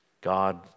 God